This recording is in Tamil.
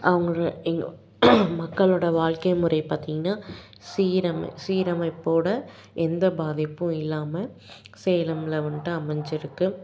அவங்கள எங்கள் மக்களோட வாழ்க்கை முறை பார்த்தீங்கனா சீரமை சீரமைப்போடு எந்த பாதிப்பும் இல்லாமல் சேலம்ல வந்துட்டு அமைஞ்சிருக்கு